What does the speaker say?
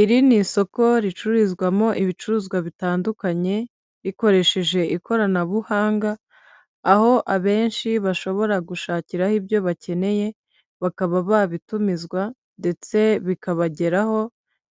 Iri ni isoko ricururizwamo ibicuruzwa bitandukanye rikoresheje ikoranabuhanga aho abenshi bashobora gushakiraho ibyo bakeneye bakaba babitumizwa ndetse bikabageraho